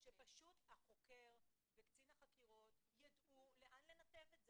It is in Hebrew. שפשוט החוקר וקצין החקירות יידעו לאן לנתב את זה.